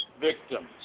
victims